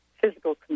physical